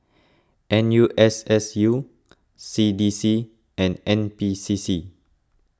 N U S S U C D C and N P C C